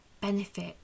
benefit